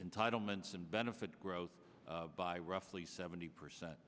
entitlements and benefit growth by roughly seventy percent